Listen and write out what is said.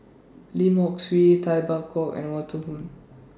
Lim Hock Siew Tay Bak Koi and Walter Woon